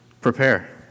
Prepare